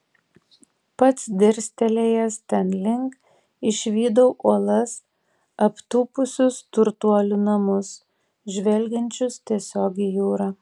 pats dirstelėjęs ten link išvydau uolas aptūpusius turtuolių namus žvelgiančius tiesiog į jūrą